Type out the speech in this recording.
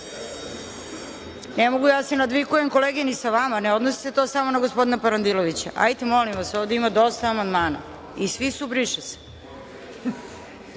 mogu ja da se nadvikujem, kolege, ni sa vama. Ne odnosi se to samo na gospodina Parandilovića. Molim vas, ovde ima dosta amandmana i svi su – briše se. Na